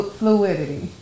fluidity